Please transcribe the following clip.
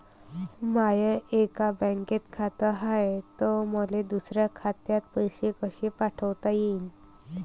माय एका बँकेत खात हाय, त मले दुसऱ्या खात्यात पैसे कसे पाठवता येईन?